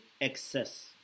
excess